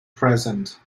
present